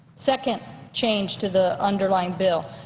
second change to the underlying bill.